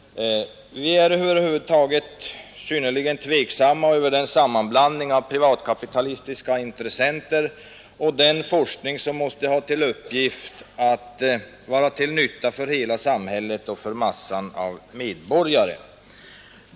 Vi ställer oss över huvud taget synnerligen tveksamma till denna sammanblandning av privatkapitalistiska intressenter och den forskning som måste ha till uppgift att vara till nytta för hela samhället och för massan av medborgare.